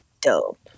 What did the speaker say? dope